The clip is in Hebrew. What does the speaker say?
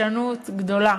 עקשנות גדולה